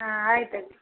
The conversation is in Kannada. ಹಾಂ ಆಯ್ತು ಆಯ್ತು